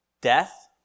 death